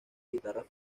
guitarras